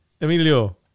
Emilio